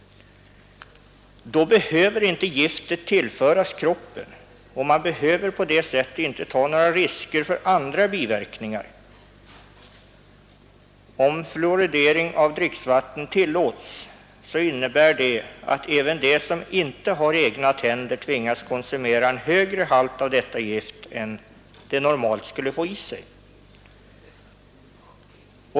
Då behöver inte giftet tillföras kroppen, och man behöver på det sättet inte ta några risker för andra biverkningar. Om fluoridering av dricksvatten tillåts, så innebär det att även de som inte har egna tänder tvingas konsumera en högre halt av detta gift än som de normalt skulle få i sig.